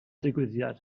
digwyddiad